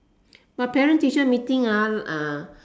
but parent teacher meeting